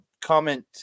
Comment